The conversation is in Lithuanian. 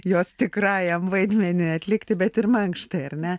jos tikrajam vaidmeniui atlikti bet ir mankštai ar ne